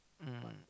mm